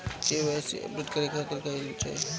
KYC update करे के खातिर का कइल जाइ?